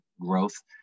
growth